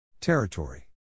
Territory